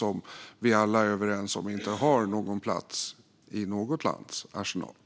Vi är alla överens om att de inte har någon plats i något lands arsenal.